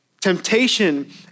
Temptation